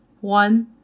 One